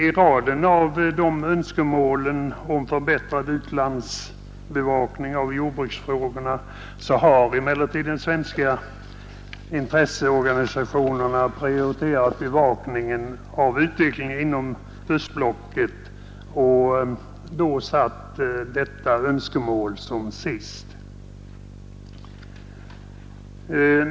I raden av önskemål om förbättrad utlandsbevakning av jordbruksfrågorna har emellertid de svenska intresseorganisationerna gjort en prioritering och satt bevakningen av utvecklingen inom östblocket sist.